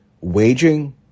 waging